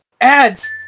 Ads